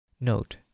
Note